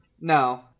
No